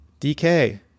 DK